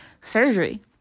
surgery